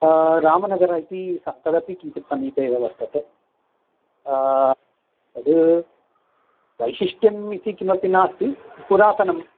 रामनगरम् इति तदपि किञ्चित् समीपे एव वर्तते तद् वैशिष्ट्यम् इति किमपि नास्ति पुरातनं